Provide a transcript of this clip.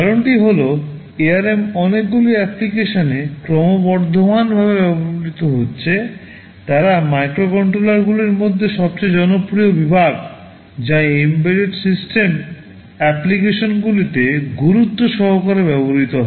কারণটি হল ARM অনেকগুলি অ্যাপ্লিকেশনে ক্রমবর্ধমানভাবে ব্যবহৃত হচ্ছে তারা মাইক্রোকন্ট্রোলারগুলির মধ্যে সবচেয়ে জনপ্রিয় বিভাগ যা এম্বেডড সিস্টেম অ্যাপ্লিকেশনগুলিতে গুরুত্ব সহকারে ব্যবহৃত হয়